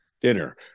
dinner